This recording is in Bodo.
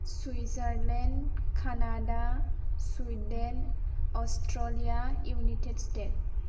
Switzerland Canada Sweden Australia United states